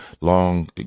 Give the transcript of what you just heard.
long